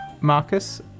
Marcus